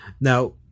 Now